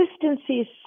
consistency